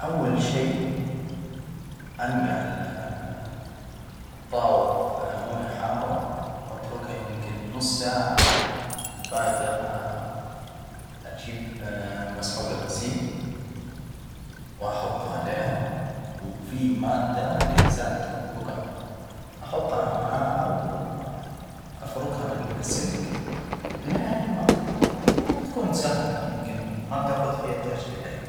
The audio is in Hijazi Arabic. أول شي أنجع ال- الطاوف فى مويه حارة وأتركها يمكن نص ساعة، وبعدها، أجيب مسحوج الغسيل، وأحطه عليها، وفيه مادة لإزالة البجع أحطها معاها، و أفركها بالسلك إلين ما تطلع وبتكون سهلة، يمكن ما بتاخد في يدي عشر دجايج.